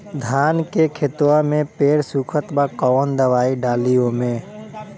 धान के खेतवा मे पेड़ सुखत बा कवन दवाई डाली ओमे?